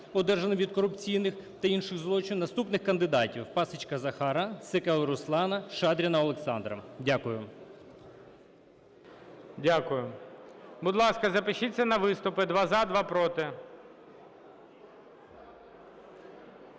одержаними від корупційних та інших злочинів, наступних кандидатів: Пасєчка Захара, Секелу Руслана, Шадріна Олександра. Дякую. ГОЛОВУЮЧИЙ. Дякую. Будь ласка, запишіться на виступи: два – за, два – проти.